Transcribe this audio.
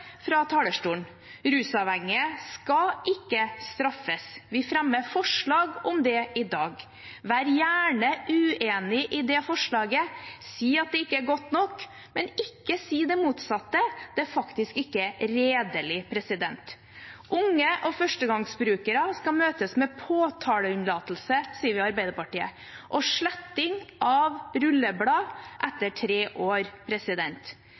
fra talerstolen. Rusavhengige skal ikke straffes. Vi fremmer forslag om det i dag. Vær gjerne uenig i det forslaget, si at det ikke er godt nok, men ikke si det motsatte. Det er ikke redelig. Unge og førstegangsbrukere skal møtes med påtaleunnlatelse, sier vi i Arbeiderpartiet, og sletting av rulleblad etter tre år.